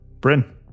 Bryn